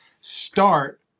start